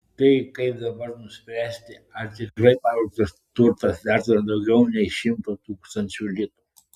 tai kaip dabar nuspręsti ar tikrai pavogtas turtas vertas daugiau nei šimto tūkstančių litų